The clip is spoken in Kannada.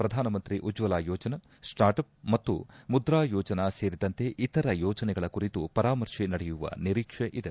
ಪ್ರಧಾನ ಮಂತ್ರಿ ಉಜ್ವಲ ಯೋಜನಾ ಸ್ವಾರ್ಟಪ್ ಮತ್ತು ಮುದ್ರಾ ಯೋಜನಾ ಸೇರಿದಂತೆ ಇತರ ಯೋಜನೆಗಳ ಕುರಿತು ಪರಾಮರ್ತೆ ನಡೆಯುವ ನಿರೀಕ್ಷೆ ಇದೆ